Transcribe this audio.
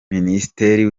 minisitiri